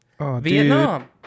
Vietnam